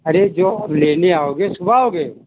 अरे जो आप लेने आओगे सुबह आओगे